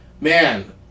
Man